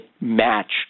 match